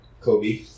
Kobe